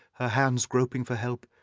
her hands groping for help,